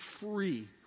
free